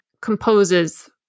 composes